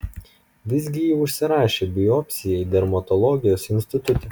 visgi ji užsirašė biopsijai dermatologijos institute